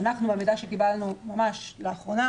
מהמידע שקיבלנו ממש לאחרונה